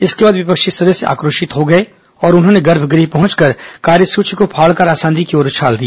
इसके बाद विपक्षी सदस्य आक्रोशित हो गए और उन्होंने गर्भगृह पहुंचकर कार्यसूची को फाड़कर आसंदी की ओर उछाल दिया